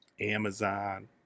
Amazon